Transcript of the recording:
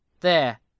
There